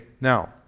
Now